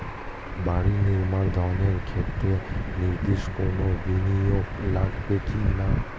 বাড়ি নির্মাণ ঋণের ক্ষেত্রে নির্দিষ্ট কোনো বিনিয়োগ লাগবে কি না?